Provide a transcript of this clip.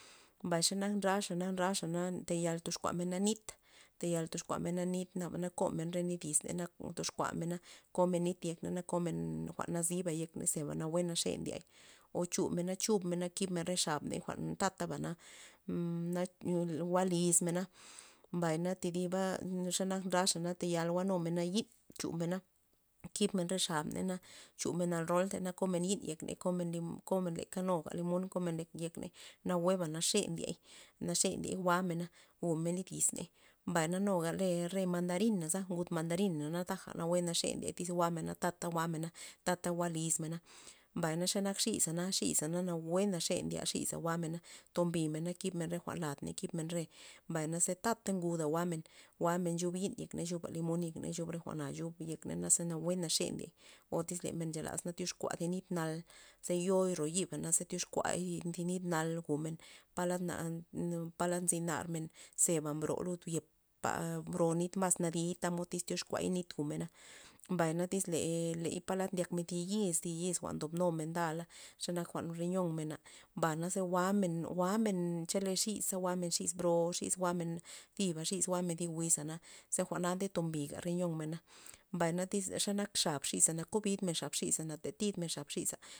Mbay xa nak ndraxa ndraxana tayal toxkuamena nit. tayal toxkuamena nit naba tayal komen re nit yizney naba toxkuamena komena nit yekney na komen jwa'n nazibey yekney naba nawue naxe ndiey o chomena chub mena kib men re xabney jwa'n tata naba mmna na jwa' lizmena, mbay na thi diba xe nak ndraxa tayal jwa'numena yi'n chumena, kibmen re xabney na chumen a roltey na komen yi'n yekney na komen limon komen nuga limon len yekney nawueba naxe ndiey naxe ndiey jwa'mena jwu'men nit yiz ney, mbay nuga re- re mandarinaza ngud mandarina nuga taja nawue naxe ndye tyz jwa'mena o tata jwa'mena jwa' lizmena mbay ze nak xi'sana na xi'sa nawue naxe ndye xi'sa jwa'men tob bimena kib men re jwa'n ladney kib men re mbay naze tatey nguda jwa'men jwa'men chub yi'n yekney chuab limon chuba re jwa'n jwa'na chub naze nawue naxe o tyz men nchelas toxkua zi nit nal ze yoi' ro yi'bana ze tyoxkuay nit nal jwu'men palad na nda palad nzy narmen xeba mbro yepa bro nit mas nadi'y tamod iz tyoxkuay nit jwu'mena, mbay tyz ley palad ndyak men thi yiz thi yiz jwa'n ndob numen ndala xe nak riyon mena mba na ze jwa'men jwa'men chele xi'sa jwa'men xi'sa bro xi's jwa'men thiba xi's jwa'men thi wizana ze jwa'na nde tombi riyonmena mbay tyz xenak xab xi'sa na kobidmen xap xi'sa na tatid men xab xi'sa.